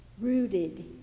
rooted